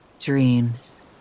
dreams